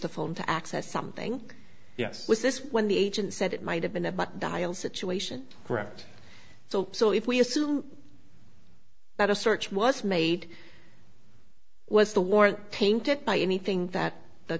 the phone to access something yes was this when the agent said it might have been a but dial situation correct so so if we assume that a search was made was the war tainted by anything that the